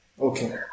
okay